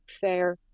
fair